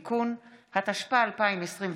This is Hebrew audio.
(תיקון), התשפ"א 2021,